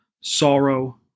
sorrow